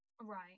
right